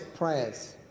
Prayers